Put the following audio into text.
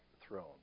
throne